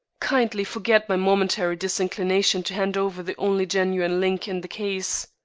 kindly forget my momentary disinclination to hand over the only genuine link in the case.